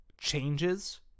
changes